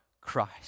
Christ